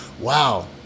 wow